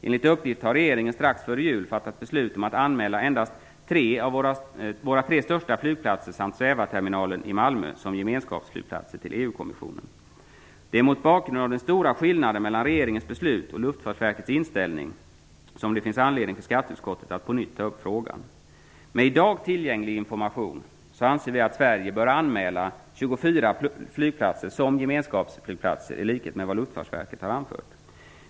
Enligt uppgift har regeringen strax före jul fattat beslut om att endast anmäla våra tre största flygplatser samt svävarterminalen i Malmö som gemenskapsflygplatser till EU kommissionen. Det är mot bakgrund av den stora skillnaden mellan regeringens beslut och Luftfartsverkets inställning som det finns all anledning för skatteutskottet att på nytt upp frågan. Med i dag tillgänglig information anser vi att Sverige bör anmäla 24 flygplatser som gemenskapsflygplatser i enlighet med vad Luftfartsverket har anfört.